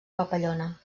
papallona